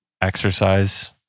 exercise